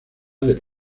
del